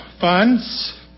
funds